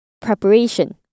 preparation